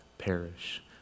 perish